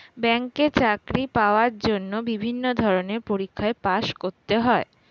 ব্যাংকে চাকরি পাওয়ার জন্য বিভিন্ন ধরনের পরীক্ষায় পাস করতে হয়